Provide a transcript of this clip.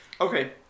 Okay